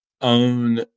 own